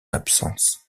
absence